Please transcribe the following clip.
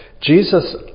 Jesus